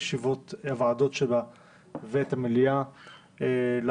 לא יכולה לאפשר מצב שבו יש אדם רדוף בתוך הרשות הפלסטינית שהוא